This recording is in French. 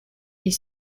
est